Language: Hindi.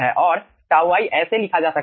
और τ i ऐसे लिखा जा सकता है